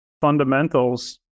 fundamentals